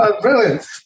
brilliant